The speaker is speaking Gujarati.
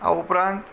આ ઉપરાંત